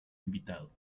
invitado